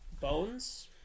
Bones